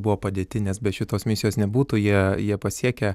buvo padėti nes be šitos misijos nebūtų jie jie pasiekę